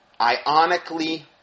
ionically